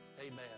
Amen